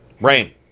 Rain